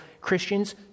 Christians